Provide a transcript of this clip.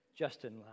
Justin